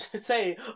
say